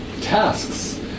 tasks